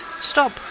stop